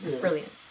Brilliant